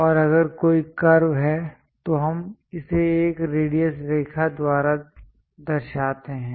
और अगर कोई कर्व हैं तो हम इसे एक रेडियस रेखा द्वारा दर्शाते हैं